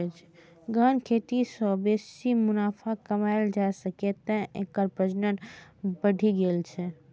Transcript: गहन खेती सं बेसी मुनाफा कमाएल जा सकैए, तें एकर प्रचलन बढ़ि गेल छै